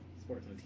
sports